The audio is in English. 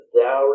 thou